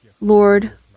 Lord